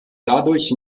dadurch